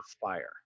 fire